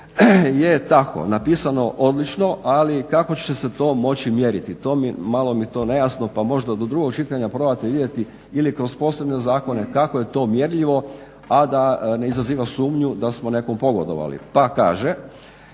je tako napisano odlično, ali kako će se to moći mjeriti. Malo mi je to nejasno pa možda do drugog čitanja probate vidjeti ili kroz posebne zakone kako je to mjerljivo, a da ne izaziva sumnju da smo nekom pogodovali. Pa kaže,